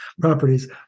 properties